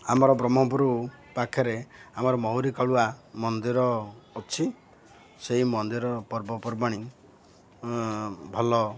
ଆମର ବ୍ରହ୍ମପୁର ପାଖରେ ଆମର ମହୁରୀ କାଳୁଆ ମନ୍ଦିର ଅଛି ସେଇ ମନ୍ଦିର ପର୍ବପର୍ବାଣି ଭଲ